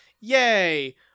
Yay